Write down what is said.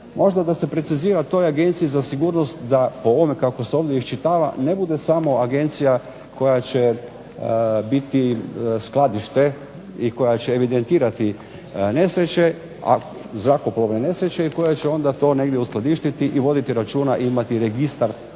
Možda da se precizira toj Agenciji za sigurnost da po ovome kako se ovdje iščitava ne bude samo agencija koja će biti skladište i koja će evidentirati nesreće, zrakoplovne nesreće i koja će onda to negdje uskladištiti i voditi računa i imati registar